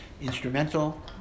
instrumental